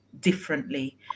differently